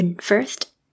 first